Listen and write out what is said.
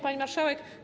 Pani Marszałek!